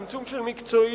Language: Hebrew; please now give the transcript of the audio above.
צמצום של מקצועיות,